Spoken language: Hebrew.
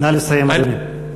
נא לסיים, אדוני.